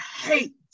hate